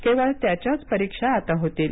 केवळ त्याच्याच परीक्षा आता होतील